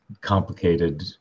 complicated